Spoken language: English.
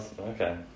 Okay